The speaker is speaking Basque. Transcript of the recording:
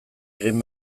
egin